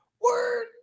Word